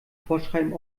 vorschreiben